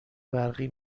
برقی